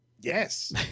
Yes